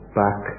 back